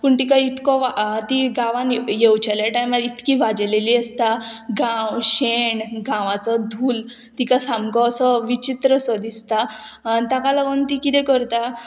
पूण तिका इतको वाज ती गांवान येवचेल्या टायमार इतकी वाजेलेली आसता गांव शेण गांवाचो धूल्ल तिका सामको असो विचित्र असो दिसता ताका लागून ती किदें करता